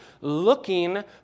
looking